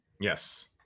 Yes